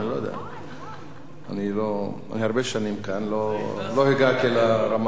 אני הרבה שנים כאן, לא הגעתי לרמה,